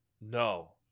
No